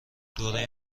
دوره